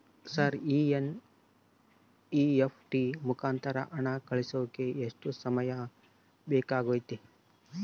Sir NEFT ಮುಖಾಂತರ ಹಣ ಕಳಿಸೋಕೆ ಎಷ್ಟು ಸಮಯ ಬೇಕಾಗುತೈತಿ?